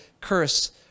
curse